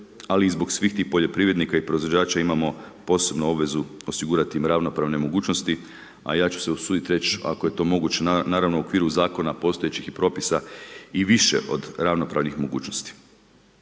ali i zbog svih tih poljoprivrednika i proizvođača imamo posebnu obvezu osigurati im ravnopravne mogućnosti a ja će se usuditi reći ako je to moguće naravno u okviru zakona, postojećih i propisa i više od ravnopravnih mogućnosti.